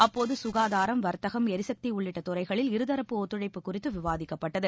அப்போது சுகாதாரம் வர்த்தகம் எரிசக்தி உள்ளிட்ட துறைகளில் இருதரப்பு ஒத்துழைப்பு குறித்து விவாதிக்கப்பட்டது